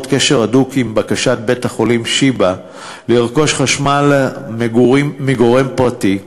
קשר הדוק עם בקשת בית-החולים שיבא לרכוש חשמל מגורם פרטי,